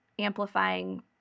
amplifying